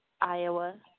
Iowa